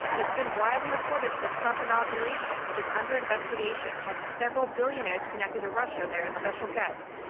it's been widely reported that the trump inauguration, which is under investigation, had several billionaires connected to russia there as special guests.